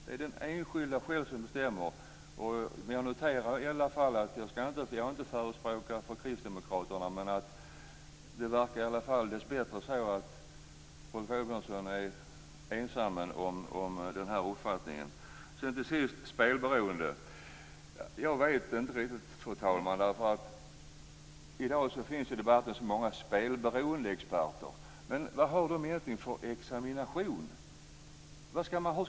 Det är den enskilda människan som själv bestämmer. Jag noterar i alla fall, även om jag inte är förespråkare för kristdemokraterna, att det dessbättre verkar som om Rolf Åbjörnsson är ensam om den här uppfattningen. Det talas om spelberoendet. Jag vet inte riktigt, fru talman, det finns i debatten i dag så många spelberoendeexperter, men vad har de egentligen för examination?